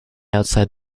outside